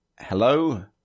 hello